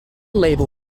label